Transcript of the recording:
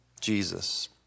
Jesus